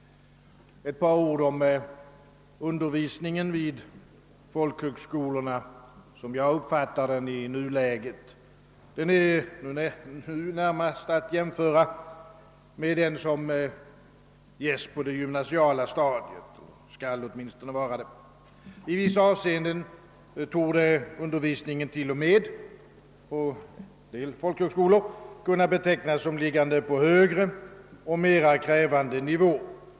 Ett par ord om undervisningen vid folkhögskolorna såsom jag uppfattar den i nuläget! Den är nu — eller skall åtminstone vara det — närmast att jämföra med den undervisning som ges på det gymnasiala stadiet. På en del folkhögskolor kan undervisningen i vissa avseenden t.o.m. anses ligga på en högre och mer krävande nivå.